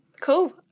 cool